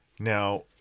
Now